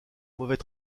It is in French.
mauvais